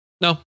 no